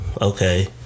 Okay